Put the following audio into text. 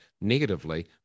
negatively